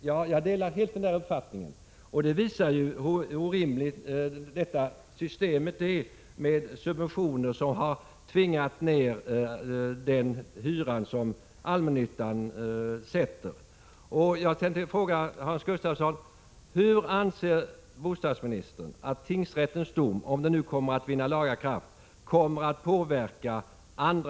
Ja, jag delar helt denna uppfattning, och detta visar ju hur orimligt systemet är — med subventioner som har tvingat ner den hyra som allmännyttan sätter.